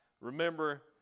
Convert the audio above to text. remember